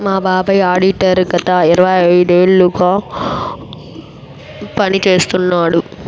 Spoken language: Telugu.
మా బాబాయ్ ఆడిటర్ గత ఇరవై ఏళ్లుగా పని చేస్తున్నాడు